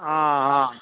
ಹಾಂ ಹಾಂ